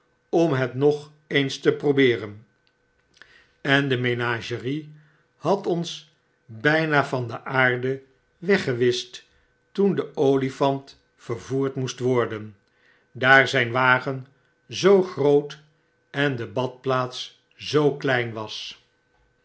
om he t nog eens te probeeren en de menagerie had ons byna van de aarde weggewischt toen de olifant vervoerd moest worden daar zyn wagen zoo groot en de badplaats zoo klein was